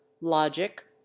logic